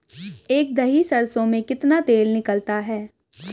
एक दही सरसों में कितना तेल निकलता है?